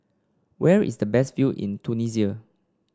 where is the best view in Tunisia